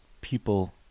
people